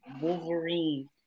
Wolverine